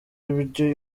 ibyo